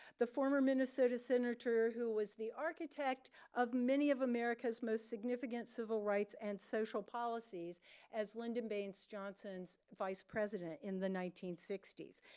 the former minnesota senator who was the architect of many of america's most significant civil rights and social policies as lyndon baines johnson's vice president in the nineteen sixty s.